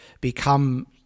become